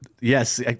Yes